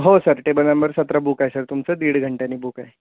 हो sir table number सतरा book आहे सर तुमचं दीड घंट्यानी बुक आहे